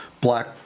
black